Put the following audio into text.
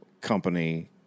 company